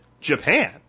Japan